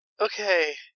Okay